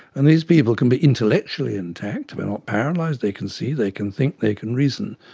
and these people can be intellectually intact, they're not paralysed, they can see, they can think, they can reason,